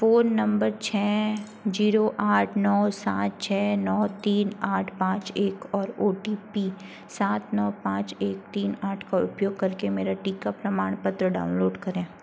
phone number छ zero आठ नौ सात छ नौ तीन आठ पाँच एक और ओ टी पी सात नौ पाँच एक तीन आठ का उपयोग करके मेरा टीका प्रमाणपत्र डाउनलोड करें